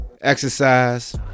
exercise